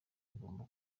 agomba